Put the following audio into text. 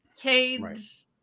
cage